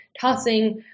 tossing